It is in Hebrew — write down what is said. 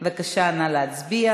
אוקיי, רבותי.